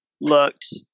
looked